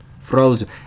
Frozen